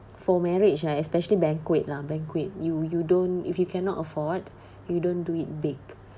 for marriage like especially banquet lah banquet you you don't if you cannot afford you don't do it big